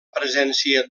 presència